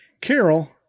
Carol